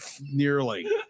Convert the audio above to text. Nearly